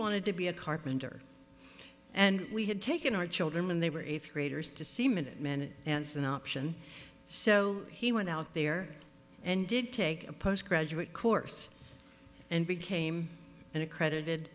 wanted to be a carpenter and we had taken our children when they were eighth graders to see minutemen and an option so he went out there and did take a post graduate course and became an accredited